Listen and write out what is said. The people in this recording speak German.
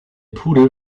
pudel